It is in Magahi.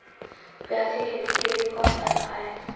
प्याज के खेती के लिए कौन ऐप हाय?